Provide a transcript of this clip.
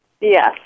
Yes